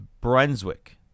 Brunswick